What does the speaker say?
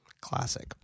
Classic